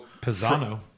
Pizzano